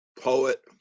poet